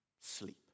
sleep